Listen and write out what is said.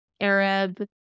Arab